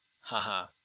haha